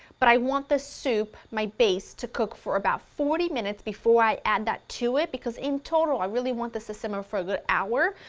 but i want the soup, my base to cook for about forty minutes before i add that to it because in total i really want this to simmer for a good hour,